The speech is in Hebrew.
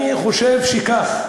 אני חושב שכך,